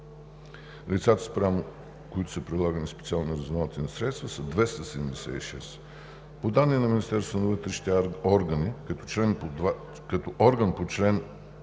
Лицата, спрямо които са прилагани специални разузнавателни средства са 276. По данни на Министерството на вътрешните работи като орган по чл.